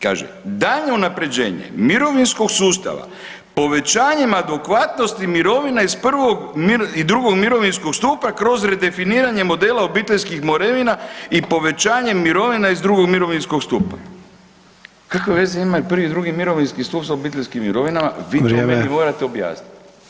Kaže: „Dalje unapređenje mirovinskog sustava povećanjima adekvatnosti mirovina iz prvog i drugog mirovinskog stupa kroz redefiniranje modela obiteljskih mirovina i povećavanjem mirovina iz drugog mirovinskog stupa.“ Kakve veze imaju prvi i drugi mirovinski stup sa obiteljskim mirovinama? [[Upadica Sanader: Vrijeme.]] Vi to meni morate objasniti.